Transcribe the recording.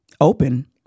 open